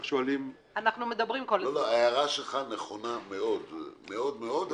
ההערה שלך נכונה מאוד-מאד,